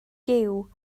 gyw